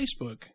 Facebook